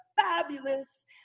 fabulous